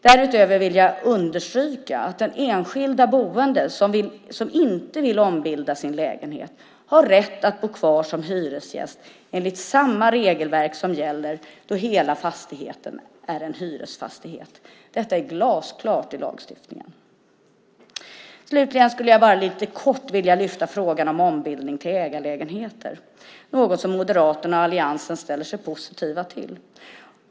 Därutöver vill jag understryka att de enskilda boende som inte vill ombilda sin lägenhet har rätt att bo kvar som hyresgäster enligt samma regelverk som gäller då hela fastigheten är en hyresfastighet. Detta är glasklart i lagstiftningen. Slutligen vill jag lite kort lyfta upp frågan om ombildning till ägarlägenhet, något som Moderaterna och alliansen ställer sig positiva till.